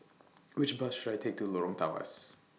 Which Bus should I Take to Lorong Tawas